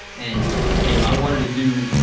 and and i wanted to do,